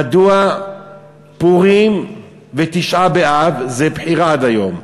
מדוע פורים ותשעה באב זה בחירה עד היום?